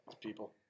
people